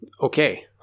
Okay